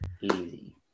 Easy